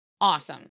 awesome